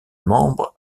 membres